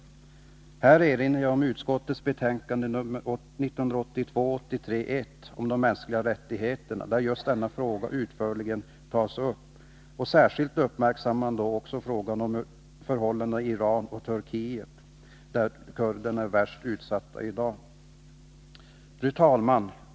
Jag vill här erinra om utskottets betänkande 1982/83:1 om de mänskliga rättigheterna, där just denna fråga utförligt tas upp och där man särskilt Nr 33 uppmärksammar frågan om förhållandena i Iran och Turkiet, där kurderna Onsdagen den är värst utsatta i dag. 24 november 1982 Fru talman!